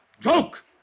Joke